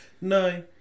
No